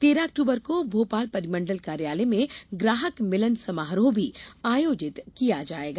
तेरह अक्टूबर को भोपाल परिमंडल कार्यालय में ग्राहक मिलन समारोह भी आयोजित किया जायेगा